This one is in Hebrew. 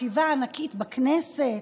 ישיבה ענקית בכנסת,